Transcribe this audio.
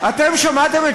אני שמח שאתה כאן אתנו.